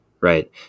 right